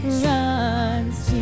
runs